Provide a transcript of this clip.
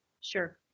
Sure